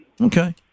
Okay